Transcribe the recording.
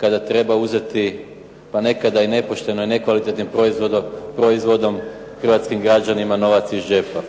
kada treba uzeti pa nekada i nepošteno i nekvalitetnim proizvodom hrvatskim građanima novac iz džepa.